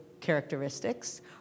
characteristics